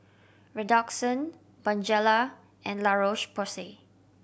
Redoxon Bonjela and La Roche Porsay